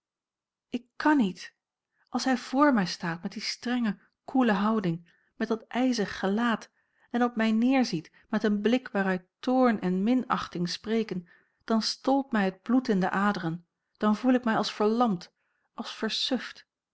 ik kan niet als hij voor mij staat met die strenge koele houding met dat ijzig gelaat en op mij neerziet met een blik waaruit toorn en minachting spreken dan stolt mij het bloed in de aderen dan voel ik mij als verlamd als versuft